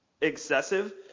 excessive